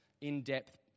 in-depth